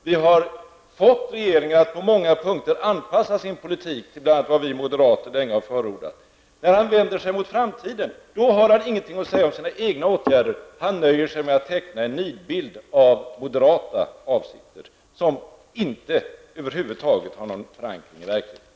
Vi har fått regeringen att på många punkter anpassa sin politik till bl.a. det som vi moderater länge har förordat. När Allan Larsson talar om framtiden har han inget att säga om sina egna åtgärder, utan nöjer sig med att teckna en nidbild av moderata avsikter som över huvud taget inte har någon förankring i verkligheten.